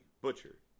butcher